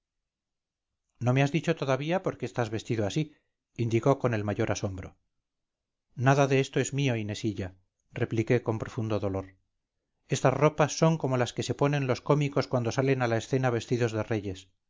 no me has dicho todavía por qué estás vestido así indicó con el mayor asombro nada de esto es mío inesilla repliqué con profundo dolor estas ropas son como las que se ponen los cómicos cuando salen a la escena vestidos de reyes